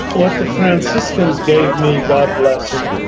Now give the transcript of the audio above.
what the franciscans gave me, god bless them,